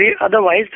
otherwise